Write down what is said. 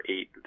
eight